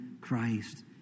Christ